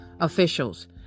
officials